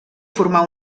formar